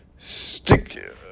Stick